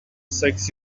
sex